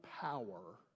power